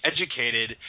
educated